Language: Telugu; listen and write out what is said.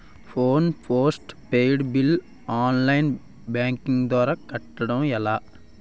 Phone post paid bill online banking ద్వారా కట్టడం ఎలా?